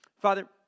Father